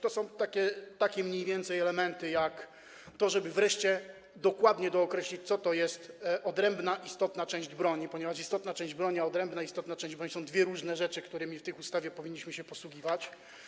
To są mniej więcej takie elementy jak to, żeby wreszcie dokładnie dookreślić, co to jest odrębna istotna część broni, ponieważ istotna część broni i odrębna istotna część broni to są dwie różne rzeczy, którymi w tej ustawie powinniśmy się posługiwać.